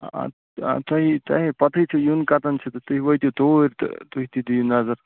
تۄہے تۄہے پَتہٕے چھِ یُن کَوٚتَن چھِ تہٕ تُہۍ وٲتِو توٗرۍ تہٕ تُہۍ تہِ دِیِو نظر